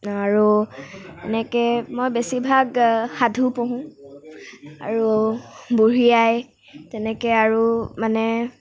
আৰু এনেকৈ মই বেছিভাগ সাধু পঢ়ো আৰু বুঢ়ী আই তেনেকৈ আৰু মানে